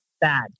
bad